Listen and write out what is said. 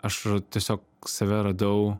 aš tiesiog save radau